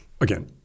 again